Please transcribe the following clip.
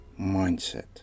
mindset